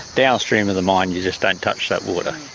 downstream of the mine you just don't touch that water.